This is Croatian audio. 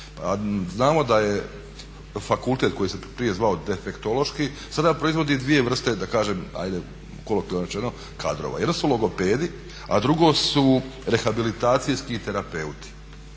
znamo da je fakultet koji se prije zvao Defektološki sada proizvodi dvije vrste da kažem ajde kolokvijalno rečeno kadrova. Jedno su logopedi a drugo su rehabilitacijski terapeuti.